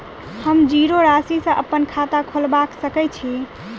हम जीरो राशि सँ अप्पन खाता खोलबा सकै छी?